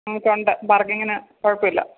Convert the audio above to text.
നമുക്കുണ്ട് പാർക്കിങ്ങിന് കുഴപ്പമില്ല